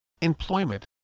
employment